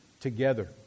together